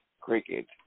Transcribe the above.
Cricket